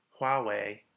Huawei